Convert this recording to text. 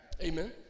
Amen